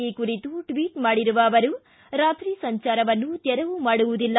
ಈ ಕುರಿತು ಟ್ವಿಟ್ ಮಾಡಿರುವ ಅವರು ರಾತ್ರಿ ಸಂಜಾರವನ್ನು ತೆರವು ಮಾಡುವುದಿಲ್ಲ